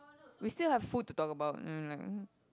we still have food to talk about um like